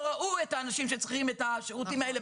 לא ראו בעיניים את האנשים שצריכים את השירותים האלה,